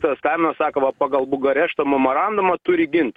tas skambina sako va pagal bugarešto momorandumą turi gint